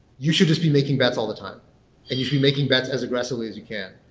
you should just be making bets all the time and you should be making bets as aggressively as you can.